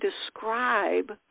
describe